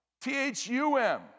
T-H-U-M